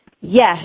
Yes